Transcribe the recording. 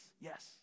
Yes